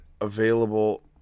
available